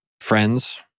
friends